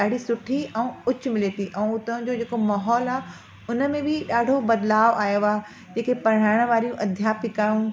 ॾाढी सुठी ऐं उच्च मिले थी ऐं उतां जो जेको माहौल आहे उनमें बि ॾाढो बदलाव आयो आहे जेके पढ़ाइण वारी अध्यापिकाऊं